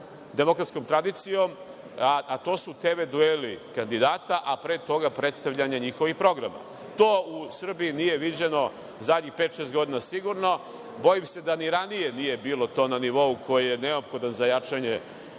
demokratskom tradicijom, a to su tv dueli kandidata, a pre toga predstavljanje njihovih programa. To u Srbiji nije viđeno u zadnjih pet, šest godina sigurno. Bojim se da ni ranije nije bilo to na nivou koji je neophodan za jačanje